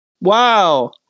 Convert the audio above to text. Wow